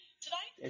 Tonight